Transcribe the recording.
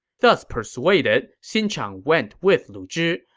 thus persuaded, xin chang went with lu zhi.